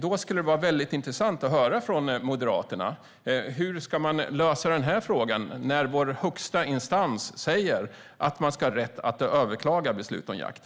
Då skulle det vara väldigt intressant att höra från Moderaterna hur de ska lösa den här frågan, när vår högsta instans säger att man ska ha rätt att överklaga beslut om jakt.